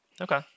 Okay